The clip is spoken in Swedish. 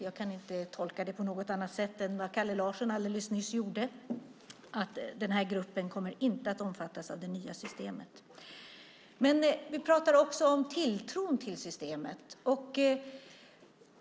Jag kan inte tolka det på något annat sätt än Kalle Larsson alldeles nyss gjorde. Den här gruppen kommer inte att omfattas av det nya systemet. Men vi pratar också om tilltron till systemet.